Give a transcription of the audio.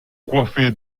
coiffée